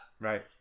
Right